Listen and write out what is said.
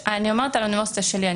אני מדברת על האוניברסיטה שלי,